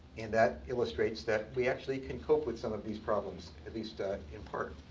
and that illustrates that we actually can cope with some of these problems, at least in part.